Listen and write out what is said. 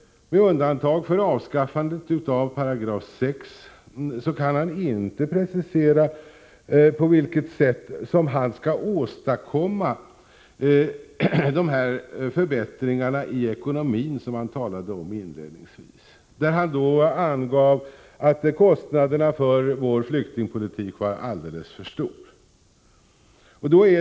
Med undantag för avskaffandet av 6§ kan han inte precisera på vilket sätt de förbättringar i ekonomin som han talade om inledningsvis skall åstadkommas. Han angav att kostnaderna för vår flyktingpolitik är alldeles för stora.